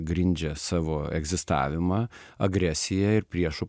grindžia savo egzistavimą agresija ir priešų